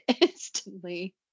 instantly